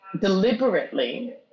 deliberately